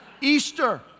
Easter